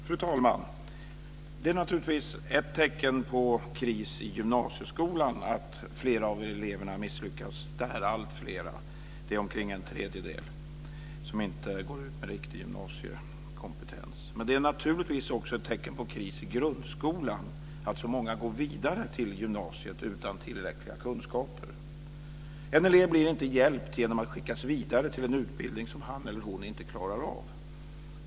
Fru talman! Det är naturligtvis ett tecken på kris i gymnasieskolan att flera av eleverna misslyckas. Det är alltfler, omkring en tredjedel, som inte går ut med riktig gymnasiekompetens. Men det är naturligtvis också ett tecken på kris i grundskolan att så många går vidare till gymnasiet utan tillräckliga kunskaper. En elev blir inte hjälpt genom att skickas vidare till en utbildning som han eller hon inte klarar av.